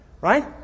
right